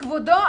כבודו,